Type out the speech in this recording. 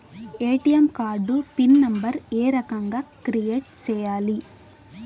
ATM card pin number ఏ రకంగా create సేయాలి